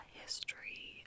history